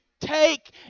take